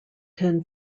ten